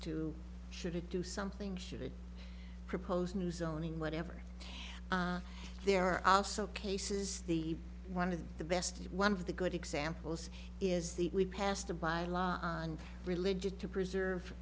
to should it do something should it propose new zoning whatever there are also cases the one of the best one of the good examples is the we passed a by law on religion to preserve